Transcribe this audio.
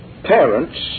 Parents